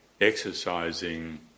exercising